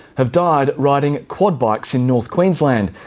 have died riding quad bikes in north queensland.